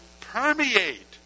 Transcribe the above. permeate